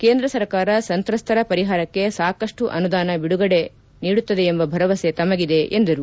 ಕೇಂದ್ರ ಸರ್ಕಾರ ಸಂತ್ರಸ್ತರ ಪರಿಹಾರಕ್ಕೆ ಸಾಕಷ್ಟು ಅನುದಾನ ಬಿಡುಗಡೆ ನೀಡುತ್ತದೆ ಎಂಬ ಭರವಸೆ ತಮಗಿದೆ ಎಂದರು